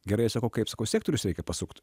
gerai sako kaip sakau sektorius reikia pasukt